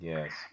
Yes